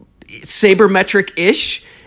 sabermetric-ish